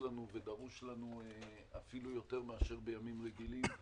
לנו אפילו יותר מאשר בימים רגילים.